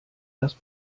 das